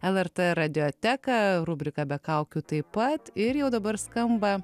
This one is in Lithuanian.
lrt radioteka rubrika be kaukių taip pat ir jau dabar skamba